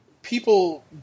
people